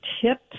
tips